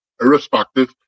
irrespective